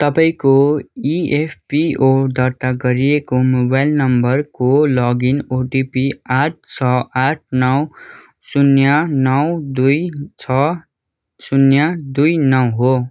तपाईँको इएफपिओ दर्ता गरिएको मोबाइल नम्बरको लगइन ओटिपी आठ छ आठ नौ शून्य नौ दुई छ शून्य दुई नौ हो